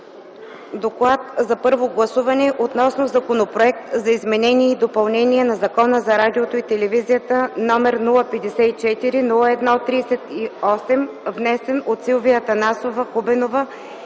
подкрепи на първо гласуване Законопроекта за изменение и допълнение на Закона за радиото и телевизията, № 054-01-38, внесен от Силвия Анастасова Хубенова